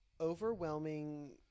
overwhelming